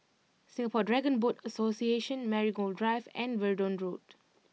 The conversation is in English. Singapore Dragon Boat Association Marigold Drive and Verdun Road